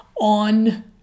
on